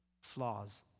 flaws